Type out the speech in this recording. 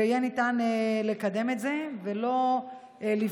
ויהיה ניתן לקדם את זה ולא לפגוע,